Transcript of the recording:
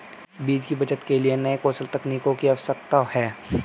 बीज की बचत के लिए नए कौशल तकनीकों की आवश्यकता है